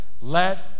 let